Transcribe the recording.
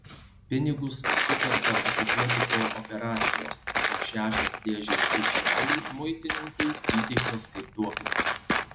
pinigus sutarta atiduoti po operacijos o šešios dėžės kulšelių muitininkui įteiktos kaip duoklė